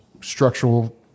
structural